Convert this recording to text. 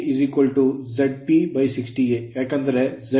ಆದ್ದರಿಂದ k ZP 60A ಏಕೆಂದರೆ Z P ಮತ್ತು A ಸ್ಥಿರವಾಗಿವೆ